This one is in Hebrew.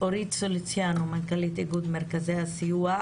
אורית סוליציאנו, מנכ"לית איגוד מרכזי הסיוע,